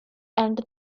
and